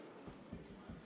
בבקשה.